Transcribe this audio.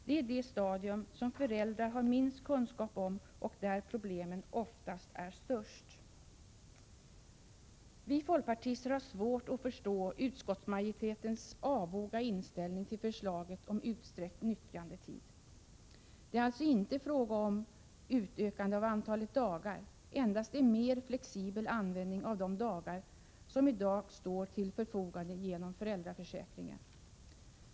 Det är det stadium som föräldrar har minst kunskap om och där problemen ofta är störst. Vi folkpartister har svårt att förstå utskottsmajoritetens avoga inställning till förslaget om utsträckt nyttjandetid. Det är alltså inte fråga om utökande av antalet dagar, endast om en mer flexibel användning av de dagar som i dag står till förfogande genom föräldraförsäkringen.